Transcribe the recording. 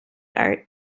art